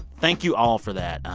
thank you all for that.